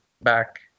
back